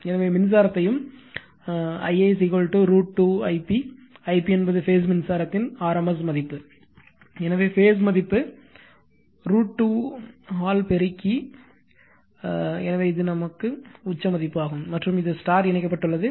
எனவே மின்சாரத்தையும் Ia √ 2 Ip Ip என்பது பேஸ் மின்சாரத்தின் rms மதிப்பு எனவே பேஸ் மதிப்பு √ 2 ஆல் பெருக்கி எனவே இது உச்ச மதிப்பு மற்றும் இது ஸ்டார் இணைக்கப்பட்டுள்ளது